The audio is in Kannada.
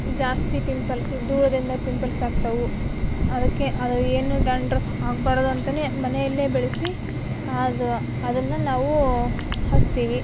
ಜಾಸ್ತಿ ಪಿಂಪಲ್ಸು ಧೂಳಿಂದ ಪಿಂಪಲ್ಸ್ ಆಗ್ತವು ಅದಕ್ಕೆ ಅದು ಏನು ಡ್ಯಾಂಡ್ರಫ್ ಆಗಬಾರ್ದು ಅಂತಲೇ ಮನೆಯಲ್ಲೇ ಬೆಳೆಸಿ ಅದು ಅದನ್ನು ನಾವು ಹಚ್ತೀವಿ